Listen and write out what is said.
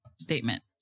statement